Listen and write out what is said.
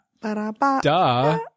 Duh